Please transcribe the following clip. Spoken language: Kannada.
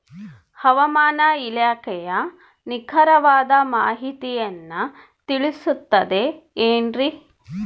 ಹವಮಾನ ಇಲಾಖೆಯ ನಿಖರವಾದ ಮಾಹಿತಿಯನ್ನ ತಿಳಿಸುತ್ತದೆ ಎನ್ರಿ?